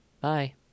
Bye